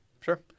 sure